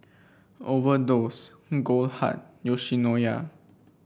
Overdose Goldheart Yoshinoya